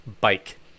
bike